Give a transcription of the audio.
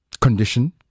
condition